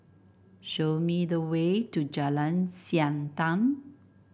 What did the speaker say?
show me the way to Jalan Siantan